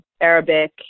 Arabic